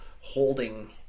holding